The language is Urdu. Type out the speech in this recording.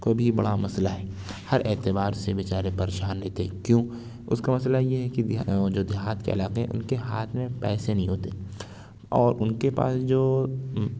کا بھی بڑا مسئلہ ہے ہر اعتبار سے بے چارے پریشان رہتے ہیں کیوں اس کا مسئلہ یہ ہے کہ دیہا وہ جو دیہات کے علاقے ہیں ان کے ہاتھ میں پیسے نہیں ہوتے اور ان کے پاس جو